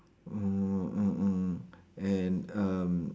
mm mm mm and um